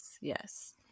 Yes